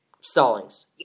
Stallings